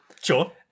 Sure